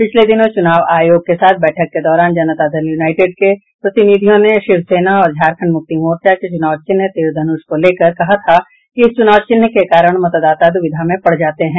पिछले दिनों चुनाव आयोग के साथ बैठक के दौरान जनता दल यूनाइटेड के प्रतिनिधियों ने शिवसेना और झारखंड मुक्ति मोर्चा के चुनाव चिन्ह तीर धनुष को लेकर कहा था कि इस चुनाव चिन्ह के कारण मतदाता दुविधा में पड़ जाते हैं